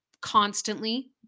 constantly